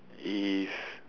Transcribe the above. if